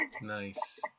nice